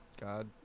God